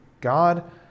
God